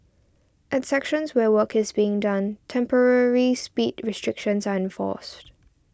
at sections where work is being done temporary speed restrictions are enforced